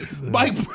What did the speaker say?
Mike